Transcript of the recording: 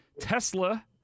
Tesla